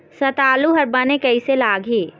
संतालु हर बने कैसे लागिही?